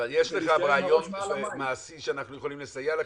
אבל יש לך רעיון מעשי שאנחנו יכולים לסייע לכם?